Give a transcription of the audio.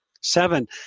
Seven